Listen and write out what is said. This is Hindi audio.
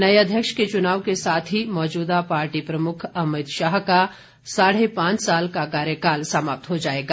नये अध्यक्ष के चुनाव के साथ ही मौजूदा पार्टी प्रमुख अमित शाह का साढ़े पांच साल का कार्यकाल समाप्त हो जाएगा